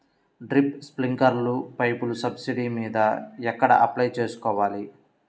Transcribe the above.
Drip, స్ప్రింకర్లు పైపులు subsidy మీద ఎక్కడ అప్లై చేసుకోవాలి?